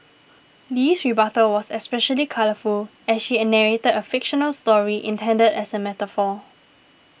Lee's rebuttal was especially colourful as she a narrated a fictional story intended as a metaphor